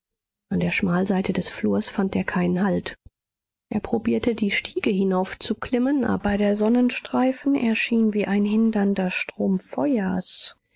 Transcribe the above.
an der schmalseite des flurs fand er keinen halt er probierte die stiege hinaufzuklimmen aber der sonnenstreifen erschien wie ein hindernder strom